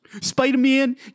Spider-Man